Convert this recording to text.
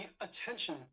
attention